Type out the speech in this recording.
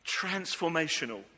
transformational